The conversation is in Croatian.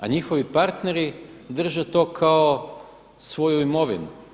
A njihovi partneri drže to kao svoju imovinu.